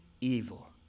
evil